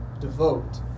devote